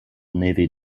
navy